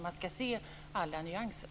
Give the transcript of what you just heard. Man ska se alla nyanser.